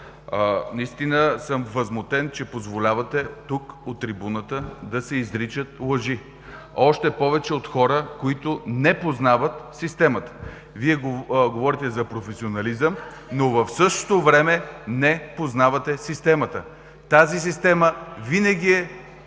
Председател, възмутен съм, че позволявате тук от трибуната да се изричат лъжи, още повече от хора, които не познават системата. Вие говорите за професионализъм, но в същото време не познавате системата. Тази система винаги е